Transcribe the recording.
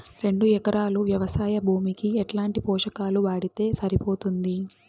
రెండు ఎకరాలు వ్వవసాయ భూమికి ఎట్లాంటి పోషకాలు వాడితే సరిపోతుంది?